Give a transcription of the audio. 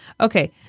okay